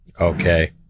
okay